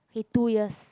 he two years